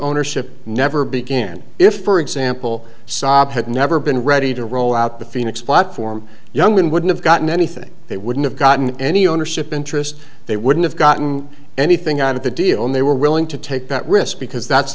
ownership never began if for example saab had never been ready to roll out the phoenix platform young men would have gotten anything they wouldn't have gotten any ownership interest they wouldn't have gotten anything out of the deal and they were willing to take that risk because that's